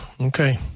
okay